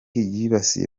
yibasiye